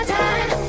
time